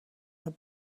had